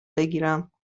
بگیرم